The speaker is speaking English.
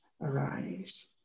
arise